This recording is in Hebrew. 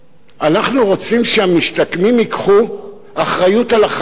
אנחנו רוצים שהמשתקמים ייקחו אחריות על החיים שלהם.